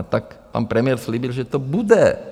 Tak pan premiér slíbil, že to bude.